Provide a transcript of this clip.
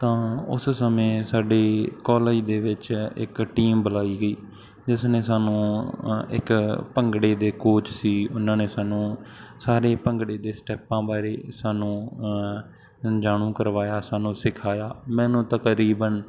ਤਾਂ ਉਸ ਸਮੇਂ ਸਾਡੇ ਕਾਲਜ ਦੇ ਵਿੱਚ ਇੱਕ ਟੀਮ ਬੁਲਾਈ ਗਈ ਜਿਸ ਨੇ ਸਾਨੂੰ ਅ ਇੱਕ ਭੰਗੜੇ ਦੇ ਕੋਚ ਸੀ ਉਹਨਾਂ ਨੇ ਸਾਨੂੰ ਸਾਰੇ ਭੰਗੜੇ ਦੇ ਸਟੈਪਾ ਬਾਰੇ ਸਾਨੂੰ ਅ ਜਾਣੂ ਕਰਵਾਇਆ ਸਾਨੂੰ ਸਿਖਾਇਆ ਮੈਨੂੰ ਤਕਰੀਬਨ